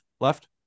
left